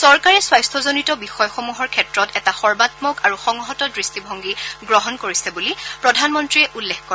চৰকাৰে স্বাস্থ্যজনিত বিষয়সমূহৰ ক্ষেত্ৰত এটা সৰ্বামক আৰু সংহত দৃষ্টিভংগী গ্ৰহণ কৰিছে বুলি প্ৰধানমন্ত্ৰীয়ে উল্লেখ কৰে